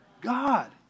God